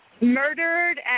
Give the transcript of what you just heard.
murdered